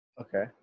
Okay